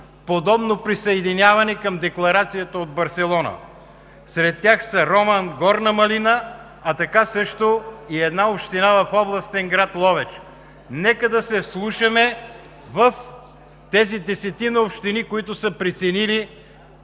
подобно присъединяване към Декларацията от Барселона. Сред тях са: Роман, Горна Малина, а така също и една община в областен град Ловеч. Нека да се вслушаме в тези десетина общини, които са преценили